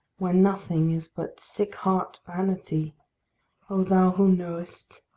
where nothing is but sick-heart vanity oh, thou who knowest!